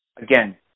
Again